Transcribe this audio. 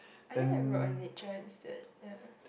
I don't have your on nature instead ya